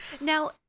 Now